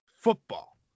football